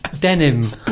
denim